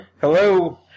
Hello